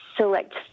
select